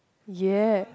ya